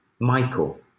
Michael